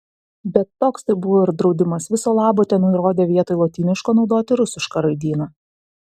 bet toks tai buvo ir draudimas viso labo tenurodė vietoj lotyniško naudoti rusišką raidyną